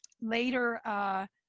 later